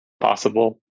possible